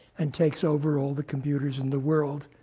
and takes over all the computers in the world,